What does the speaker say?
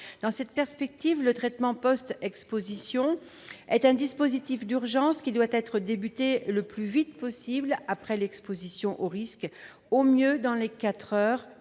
Dans cette perspective, le traitement post-exposition est un dispositif d'urgence qui doit être engagé le plus vite possible après exposition au risque, au mieux dans les quatre heures